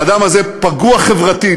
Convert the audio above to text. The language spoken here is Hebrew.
האדם הזה פגוע חברתית,